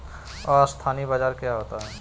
अस्थानी बाजार क्या होता है?